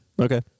okay